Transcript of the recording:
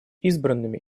избранными